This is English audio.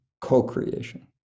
co-creation